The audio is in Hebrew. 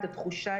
את התחושה,